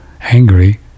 angry